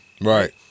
Right